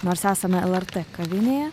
nors esame lrt kavinėje